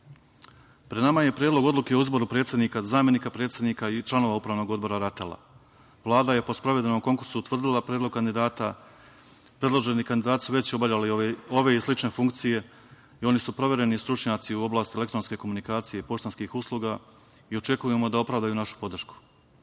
nama je i Predlog odluke o izboru predsednika, zamenika predsednika i članova Upravnog odbora RATEL. Vlada je po sprovedenom konkursu utvrdila predlog kandidata. Predloženi kandidati su već obavljali ove i slične funkcije i oni su provereni stručnjaci u oblasti elektronske komunikacije i poštanskih usluga i očekujemo da opravdaju našu podršku. Zbog